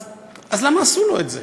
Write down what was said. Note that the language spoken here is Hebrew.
אז למה עשו לו את זה?